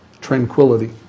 tranquility